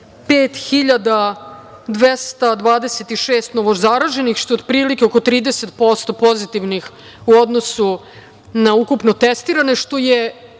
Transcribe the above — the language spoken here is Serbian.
5.226 novozaraženih, što je otprilike oko 30% pozitivnih u odnosu na ukupno testirane, što je